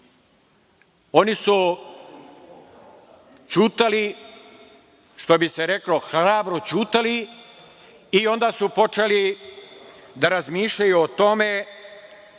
Oni su ćutali, što bi se reklo – hrabro ćutali, i onda su počeli da razmišljaju o tome